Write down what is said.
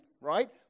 right